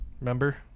remember